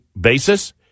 basis